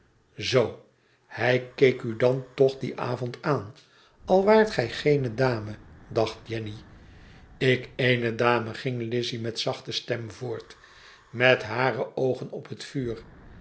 zoo hij keek u dan toch dien avond aan al waart gij geene dame dacht jenny ik eene dame ging lize met zachte stem voort met hare oogen op het vuur